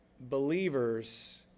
believers